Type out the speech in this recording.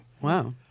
Wow